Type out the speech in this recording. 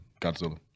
Godzilla